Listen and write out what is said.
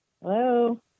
Hello